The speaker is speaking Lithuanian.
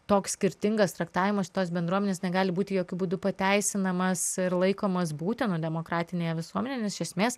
toks skirtingas traktavimas šitos bendruomenės negali būti jokiu būdu pateisinamas ir laikomas būtinu demokratinėje visuomenėj nes iš esmės